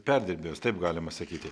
perdirbėjus taip galima sakyti